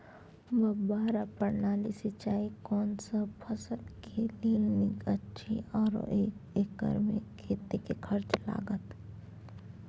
फब्बारा प्रणाली सिंचाई कोनसब फसल के लेल नीक अछि आरो एक एकर मे कतेक खर्च लागत?